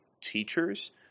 teachers